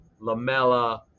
lamella